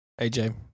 AJ